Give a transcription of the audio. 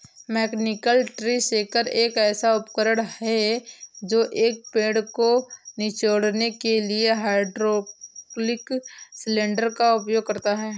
mechanical tree shaker एक ऐसा उपकरण है जो एक पेड़ को निचोड़ने के लिए हाइड्रोलिक सिलेंडर का उपयोग करता है